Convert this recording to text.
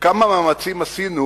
כמה מאמצים עשינו